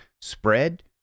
spread